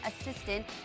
assistant